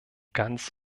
ganz